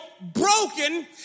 broken